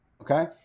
Okay